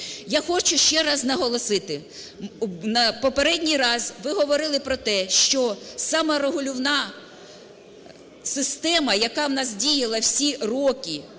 Я хочу ще раз наголосити, попередній раз ви говорили про те, що саме регулівна система, яка в нас діяла всі роки